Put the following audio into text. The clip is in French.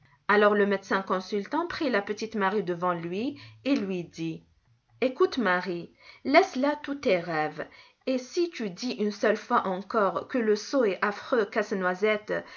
alors le médecin consultant prit la petite marie devant lui et lui dit écoute marie laisse là tous tes rêves et si tu dis une seule fois encore que le sot et affreux casse-noisette